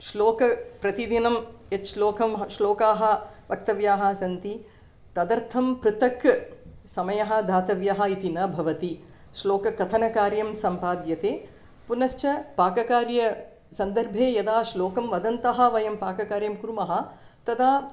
श्लोकं प्रतिदिनं यत् श्लोकं श्लोकाः वक्तव्याः सन्ति तदर्थं पृथक् समयः दातव्यः इति न भवति श्लोककथनकार्यं सम्पाद्यते पुनश्च पाककार्यसन्दर्भे यदा श्लोकं वदन्तः वयं पाककार्यं कुर्मः तदा